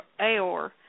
Aor